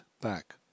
back